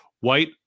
white